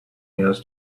years